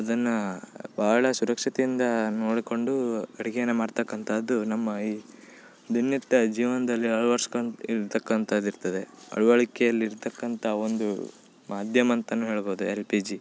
ಅದನ್ನು ಭಾಳ ಸುರಕ್ಷತೆಯಿಂದ ನೋಡಿಕೊಂಡು ಅಡುಗೆನ ಮಾಡತಕ್ಕಂಥದ್ದು ನಮ್ಮ ಈ ದಿನನಿತ್ಯ ಜೀವನದಲ್ಲಿ ಅಳ್ವಡ್ಸ್ಕಂತ ಇರ್ತಕ್ಕಂಥದ್ದು ಇರ್ತದೆ ಅಳ್ವಳ್ಕೆಯಲ್ ಇರತಕ್ಕಂಥ ಒಂದು ಮಾಧ್ಯಮ ಅಂತಲೂ ಹೇಳ್ಬೋದು ಎಲ್ ಪಿ ಜಿ